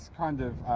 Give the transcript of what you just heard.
kind of